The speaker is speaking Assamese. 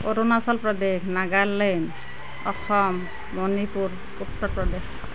অৰুণাচল প্ৰদেশ নাগালেণ্ড অসম মণিপুৰ উত্তৰ প্ৰদেশ